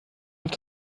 auf